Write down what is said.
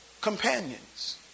companions